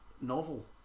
novel